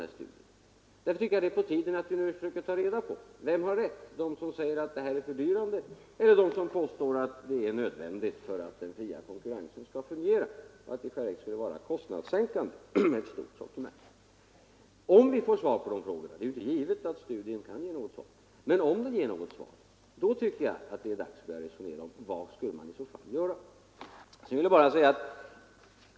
Därför tycker jag att det är på tiden att vi försöker ta reda på vem som har rätt — den som säger att utbudet är fördyrande eller den som påstår att det är nödvändigt för att den fria konkurrensen skall fungera och att det i själva verket skulle vara kostnadssänkande med ett stort sortiment. Om vi får svar på de här frågorna — det är ju inte givet att studien kan ge något svar — tycker jag att det är dags att börja resonera om vad vi skall göra.